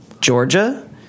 Georgia